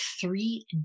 three